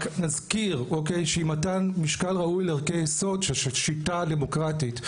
רק אזכיר שעם מתן משקל ראוי לערכי יסוד שזה השיטה הדמוקרטית,